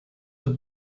have